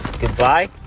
goodbye